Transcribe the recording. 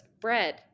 Bread